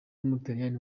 w’umutaliyani